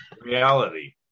reality